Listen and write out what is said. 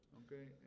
okay